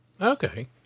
Okay